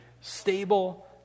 stable